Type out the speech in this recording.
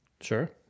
Sure